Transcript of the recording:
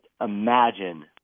imagine